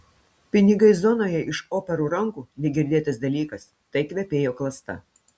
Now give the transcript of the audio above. pinigai zonoje iš operų rankų negirdėtas dalykas tai kvepėjo klasta